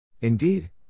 Indeed